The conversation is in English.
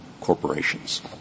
corporations